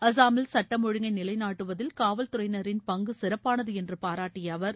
அசாமில் சுட்டம் ஜழங்கை நிலைநாட்டுவதில் காவல்துறையினரின் பங்கு சிறப்பானது என்று பாராட்டிய அவர்